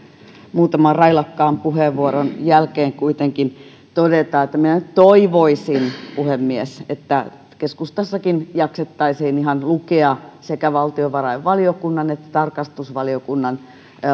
railakkaan puheenvuoron jälkeen kuitenkin todeta että minä nyt toivoisin puhemies että keskustassakin jaksettaisiin ihan lukea sekä valtiovarainvaliokunnan että tarkastusvaliokunnan